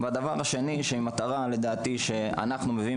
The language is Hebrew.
2. המטרה הזו לדעתי היא מטרה שאנחנו מביאים